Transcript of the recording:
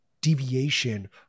deviation